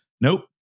nope